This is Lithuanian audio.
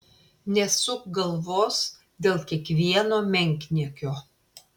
nesuk galvos dėl kiekvieno menkniekio